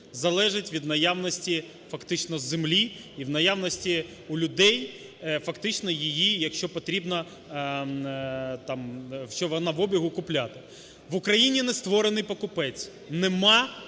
залежить від наявності фактично землі і в наявності у людей фактично її, якщо потрібно, що вона в обігу, купляти. В Україні не створений покупець, нема